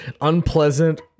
unpleasant